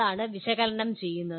അതാണ് വിശകലനം ചെയ്യുന്നത്